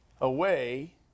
away